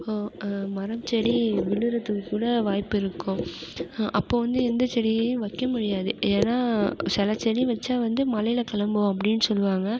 மரம் செடி விழுறதுக்கு கூட வாய்ப்பிருக்கும் அப்போது வந்து எந்த செடியும் வைக்க முடியாது ஏன்னால் சில செடி வச்சால் வந்து மழையில் கிளம்பும் அப்படினு சொல்வாங்க